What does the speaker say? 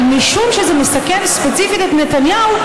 אבל משום שזה מסכן ספציפית את נתניהו,